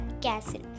castle